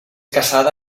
casada